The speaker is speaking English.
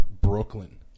Brooklyn